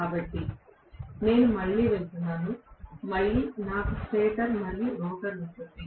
కాబట్టి నేను మళ్ళీ వెళుతున్నాను మళ్ళీ నాకు స్టేటర్ మరియు రోటర్ ఉంటుంది